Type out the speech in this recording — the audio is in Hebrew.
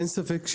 אין ספק,